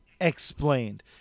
explained